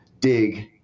dig